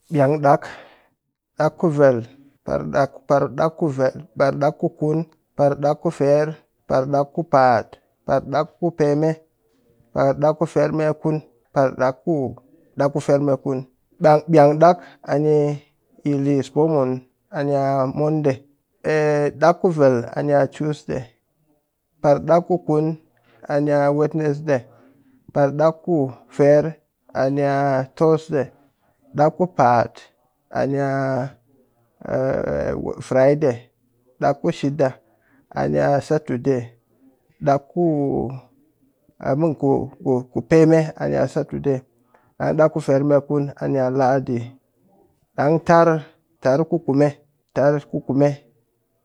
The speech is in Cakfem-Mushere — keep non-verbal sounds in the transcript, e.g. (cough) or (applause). (noise) ɓiang ɗaak, ɗaak ku vel, par ɗaak ku vel par ku kun, par ɗaak ku ferr, par ɗaak pa'at, par ɗaak ku peme, par ɗaak ku ferr me kun, ɗaak ku. par ɗaak ku ferr me kun, ɓiang ɗaak ani yi liss poomun ani'a monday (hesitation) ɗaak ku. vel ani'a tuesday, par ɗaak ku kun ani'a wednesday, par ɗaak ku ferr ani'a thursday, ɗaak ku pa'at ani'a (hesitation) friday, ɗaak ku shida ani'a saturday, ɗaak ku i mean ku peme ani'a saturday dang ɗaak ku ferr me kun ani’ ladi ɗang tar tar ku kume tar ku kume.